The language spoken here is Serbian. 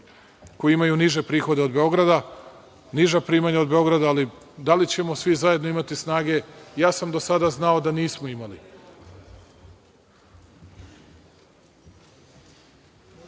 koji imaju niže prihode od Beograda, niža primanja od Beograda, ali da li ćemo svi zajedno imati snage. Do sada sam znao da nismo imali. Pa